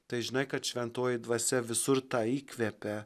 tai žinai kad šventoji dvasia visur tą įkvepia